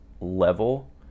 level